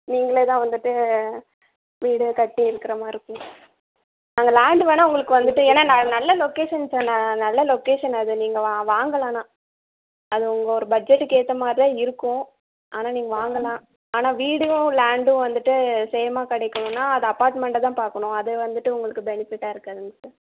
நீங்களே தான் வந்துட்டு வீடு கட்டி இருக்கிற மாதிரி இருக்கும் அந்த லேண்டு வேணா உங்களுக்கு வந்துட்டு ஏன்னா நல்ல லொக்கேஷன் ஸோ நல்ல லொக்கேஷன் அது நீங்கள் வாங்கலாம் ஆனால் அது உங்கள் பட்ஜெட்டுக்கு ஏற்ற மாதிரிதான் இருக்கும் ஆனால் நீங்கள் வாங்கலாம் ஆனால் வீடும் லேண்டும் வந்துட்டு சேமாக கிடைக்கணுன்னா அது அப்பார்ட்மெண்டாக தான் பார்க்கணும் அது வந்துட்டு உங்களுக்கு பெனிஃபிட்டாக இருக்காதுங்க சார்